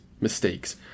mistakes